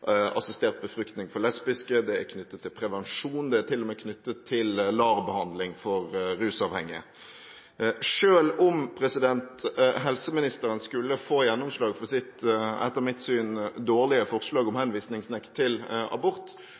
assistert befruktning for lesbiske, det er knyttet til prevensjon, og det er til og med knyttet til LAR-behandling for rusavhengige. Selv om helseministeren skulle få gjennomslag for sitt – etter mitt syn – dårlige forslag om henvisningsnekt til abort,